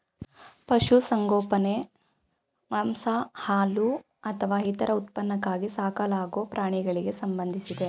ಪಶುಸಂಗೋಪನೆ ಮಾಂಸ ಹಾಲು ಅಥವಾ ಇತರ ಉತ್ಪನ್ನಕ್ಕಾಗಿ ಸಾಕಲಾಗೊ ಪ್ರಾಣಿಗಳಿಗೆ ಸಂಬಂಧಿಸಿದೆ